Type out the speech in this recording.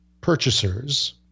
purchasers